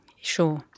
Sure